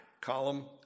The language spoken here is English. column